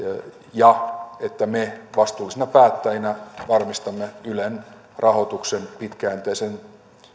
ja että me vastuullisina päättäjinä varmistamme ylen rahoituksen pitkäjänteisen